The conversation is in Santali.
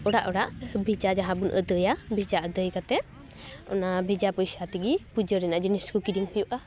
ᱚᱲᱟᱜ ᱚᱲᱟᱜ ᱵᱷᱮᱡᱟ ᱡᱟᱦᱟᱸ ᱵᱚᱱ ᱟᱹᱫᱟᱹᱭᱟ ᱵᱷᱮᱡᱟ ᱟᱹᱫᱟᱹᱭ ᱠᱟᱛᱮ ᱚᱱᱟ ᱵᱷᱟᱡᱟ ᱯᱚᱭᱥᱟ ᱛᱮᱜᱮ ᱯᱩᱡᱟᱹ ᱨᱮᱱᱟᱜ ᱡᱤᱱᱤᱥ ᱠᱚ ᱠᱤᱨᱤᱧ ᱦᱩᱭᱩᱜᱼᱟ